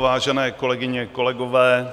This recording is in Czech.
Vážené kolegyně, kolegové,